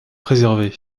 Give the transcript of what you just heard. préservé